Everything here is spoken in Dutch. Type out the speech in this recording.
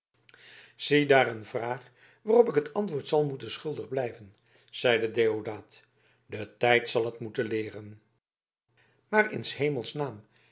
ziedaar een vraag waarop ik het antwoord zal moeten schuldig blijven zeide deodaat de tijd zal het moeten leeren maar in